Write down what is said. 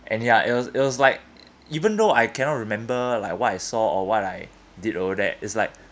and ya it was it was like e~ even though I cannot remember like what I saw or what I did over there it's like